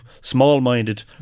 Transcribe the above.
small-minded